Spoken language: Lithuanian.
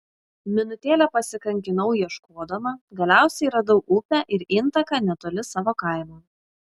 minutėlę pasikankinau ieškodama galiausiai radau upę ir intaką netoli savo kaimo